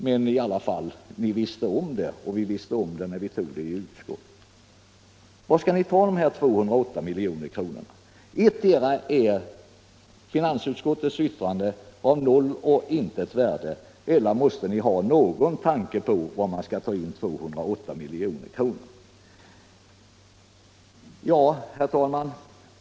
Men ni visste i alla fall om det, och vi visste om det när vi tog beslutet i utskottet. Var skall ni ta dessa 208 milj.kr.? Antingen är finansutskottets yttrande av noll och intet värde eller också måste ni ha någon tanke på var man skall ta in 208 milj.kr. Herr talman!